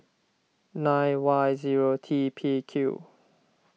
nine Y zero T P Q